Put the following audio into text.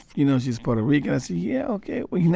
you know, she's puerto rican. i say, yeah, ok, well, you know